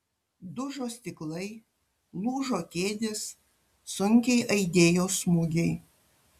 dužo stiklai lūžo kėdės sunkiai aidėjo smūgiai